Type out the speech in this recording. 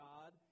God